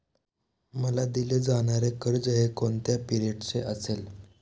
मला दिले जाणारे कर्ज हे कोणत्या पिरियडचे असेल?